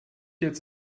jetzt